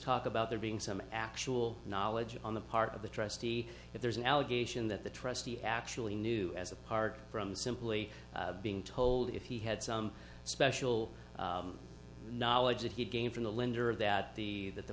talk about there being some actual knowledge on the part of the trustee if there's an allegation that the trustee actually knew as apart from simply being told if he had some special knowledge that he gained from the lender of that the that the